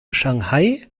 shanghai